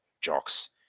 Jock's